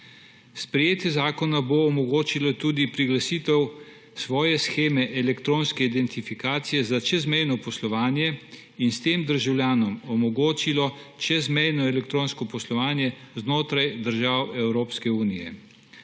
Sprejetje zakona bo omogočilo tudi priglasitev svoje sheme elektronske identifikacije za čezmejno poslovanje in s tem državljanom omogočilo čezmejno elektronsko poslovanje znotraj držav Evropske unije.